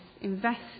invest